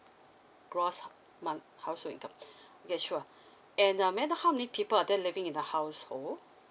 gross month~ household income okay sure and uh may I know how many people are there living in the household